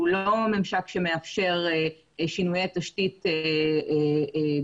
הוא לא ממשק שמאפשר שינויי תשתית גדולים,